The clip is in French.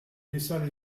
laissa